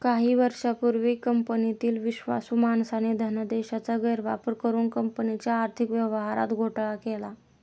काही वर्षांपूर्वी कंपनीतील विश्वासू माणसाने धनादेशाचा गैरवापर करुन कंपनीच्या आर्थिक व्यवहारात घोटाळा केला